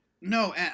No